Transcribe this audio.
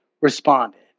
responded